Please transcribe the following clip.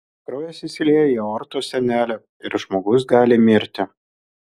kraujas išsilieja į aortos sienelę ir žmogus gali mirti